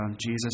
Jesus